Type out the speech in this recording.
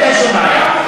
אין שום בעיה,